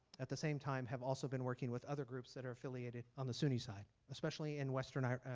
at the same time have also been working with other groups that are affiliated on the sunni side especially in western iraq,